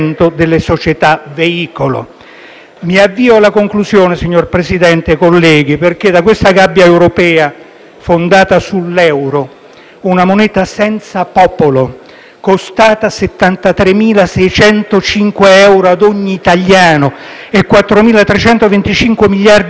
veicolo. In conclusione, signor Presidente e colleghi, da questa gabbia europea fondata sull'euro, una moneta senza popolo costata 73.605 euro ad ogni italiano e 4.325 miliardi di euro di mancata crescita